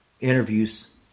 interviews